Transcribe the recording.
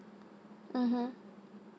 mmhmm